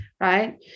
right